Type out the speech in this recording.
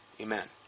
Amen